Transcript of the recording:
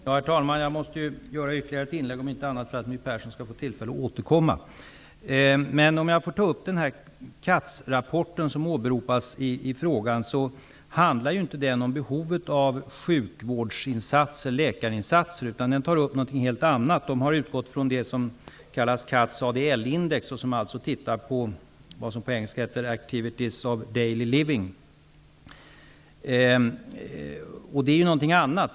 Herr talman! Jag måste göra ytterligare ett inlägg, åtminstone för att My Persson skall få tillfälle att återkomma. Katz-rapporten, som åberopades i frågan, handlar inte om behovet av läkarinsatser, utan tar upp något helt annat. Man har utgått från det som kallas Katz ADL-index, som gäller ''activities of daily living''. Det är ju något annat.